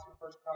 first